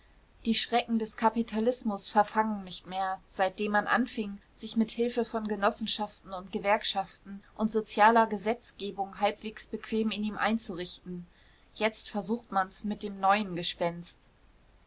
die schrecken des kapitalismus verfangen nicht mehr seitdem man anfing sich mit hilfe von genossenschaften und gewerkschaften und sozialer gesetzgebung halbwegs bequem in ihm einzurichten jetzt versucht man's mit dem neuen gespenst